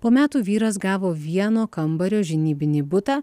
po metų vyras gavo vieno kambario žinybinį butą